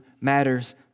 matters